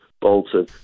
Bolton